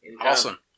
Awesome